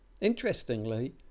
Interestingly